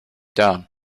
down